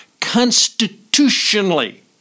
constitutionally